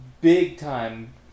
big-time